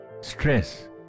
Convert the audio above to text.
stress